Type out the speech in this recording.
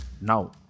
now